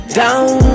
down